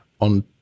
on